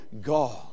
God